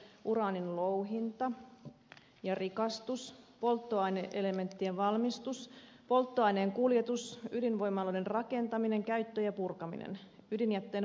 uraanin louhinta ja rikastus polttoaine elementtien valmistus polttoaineen kuljetus ydinvoimaloiden rakentaminen käyttö ja purkaminen ydinjätteen varastointi ja hoito